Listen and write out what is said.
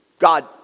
God